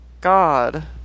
god